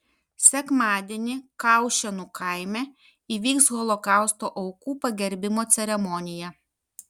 sekmadienį kaušėnų kaime įvyks holokausto aukų pagerbimo ceremonija